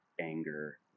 anger